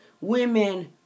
women